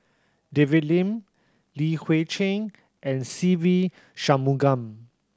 David Lim Li Hui Cheng and Se Ve Shanmugam